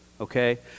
okay